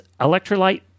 Electrolyte